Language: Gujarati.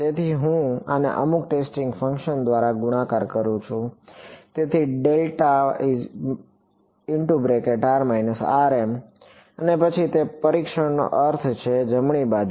તેથી જ્યારે હું આને અમુક ટેસ્ટિંગ ફંક્શન દ્વારા ગુણાકાર કરું છું તેથી અને પછી તે પરીક્ષણનો અર્થ છે જમણી ડાબી બાજુ